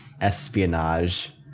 espionage